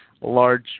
large